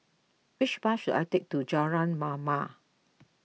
which bus should I take to Jalan Mamam